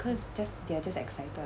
cause just they're just excited